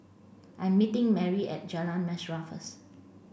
I'm meeting Marry at Jalan Mesra first